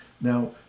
Now